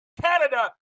Canada